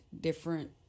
different